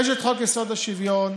יש את חוק-יסוד: השוויון.